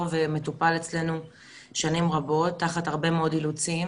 ומטופל אצלנו שנים רבות תחת הרבה מאוד אילוצים